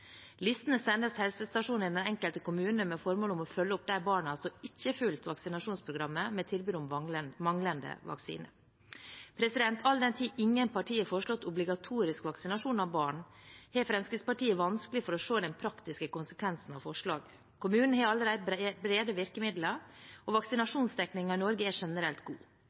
Listene sendes til helsestasjonene i den enkelte kommune med formål om å følge opp de barna som ikke har fulgt vaksinasjonsprogrammet, med tilbud om manglende vaksine. All den tid ingen partier har foreslått obligatorisk vaksinasjon av barn, har Fremskrittspartiet vanskelig for å se den praktiske konsekvensen av forslaget. Kommunen har allerede brede virkemidler, og vaksinasjonsdekningen i Norge er generelt god.